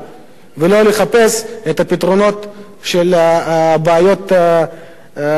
ולא לחפש את הפתרונות של הבעיות הפנימיות של